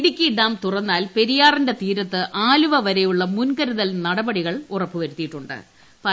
Idukki dam തുറന്നാൽ പെരിയാറിന്റെ തീരത്ത് ആലുവ വരെയുള്ള മുൻകരുതൽ നടപടികൾ ഉറപ്പുവരുത്തിയിട്ടുള്ളട്ട്